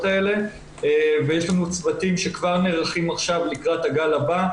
האלה ויש לנו צוותים שכבר נערכים עכשיו לקראת הגל הבא.